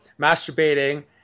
masturbating